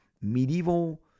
medieval